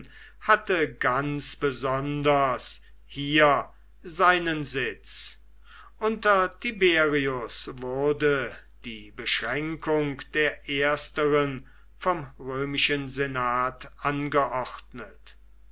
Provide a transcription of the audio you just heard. hatte ganz besonders hier seinen sitz unter tiberius wurde die beschränkung der ersteren vom römischen senat angeordnet